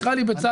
תקרא לי בצלאל.